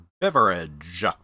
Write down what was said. beverage